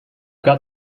got